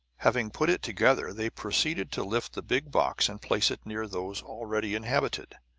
having put it together, they proceeded to lift the big box and place it near those already inhabited.